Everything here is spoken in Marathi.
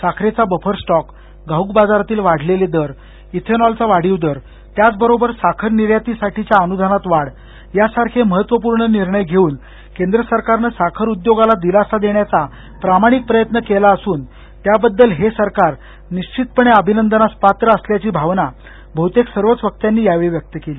साखरेचा बफर स्टॉक घाऊक बाजारातील वाढलेले दर इथेनॉलचा वाढीव दर त्याबरोबर साखर निर्यातीसाठीच्या अनुदानात वाढ यासारखे महत्वपूर्ण निर्णय घेऊन केंद्रसरकारनं साखर उद्योगाला दिलासा देण्याचा प्रामाणिक प्रयत्न केला असून त्याबद्दल हे सरकार निश्वितपणे अभिनंदनास पात्र असल्याची भावना बहतेक सर्वच वक्त्यांनी यावेळी व्यक्त केली